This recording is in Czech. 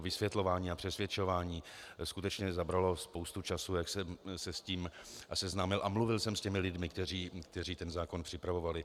Vysvětlování a přesvědčování skutečně zabralo spoustu času, jak jsem se s tím seznámil a mluvil jsem s lidmi, kteří ten zákon připravovali.